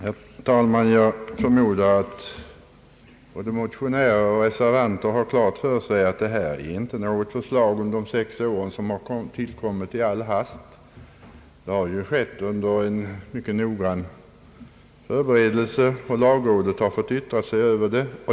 Herr talman! Jag förmodar att både motionärer och reservanter har klart för sig att förslaget om sex år inte är någonting som tillkommit i all hast. Det har lagts fram efter mycket noggrann förberedelse, och lagrådet har fått yttra sig över det.